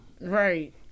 Right